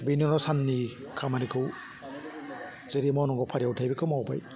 बेनि उनाव साननि खामानिखौ जेरै मावनांगौ फारियाव थायो बेखौ मावबाय